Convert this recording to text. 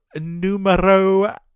numero